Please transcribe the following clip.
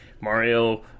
Mario